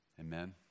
Amen